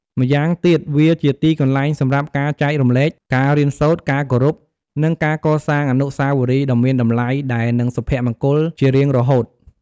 ម៉្យាងទៀតវា ជាទីកន្លែងសម្រាប់ការចែករំលែក ការរៀនសូត្រ ការគោរព និងការកសាងអនុស្សាវរីយ៍ដ៏មានតម្លៃ ដែលនឹងសុភមង្គលជារៀងរហូត។